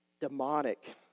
demonic